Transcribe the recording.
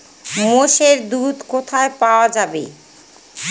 মোষের দুধ কোথায় পাওয়া যাবে?